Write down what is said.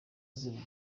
zibura